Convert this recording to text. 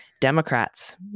Democrats